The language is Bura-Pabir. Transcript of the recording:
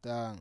Tang,